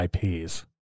IPs